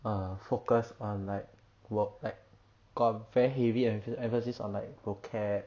err focus on like work like got very heavy empha~ emphasis on like vocal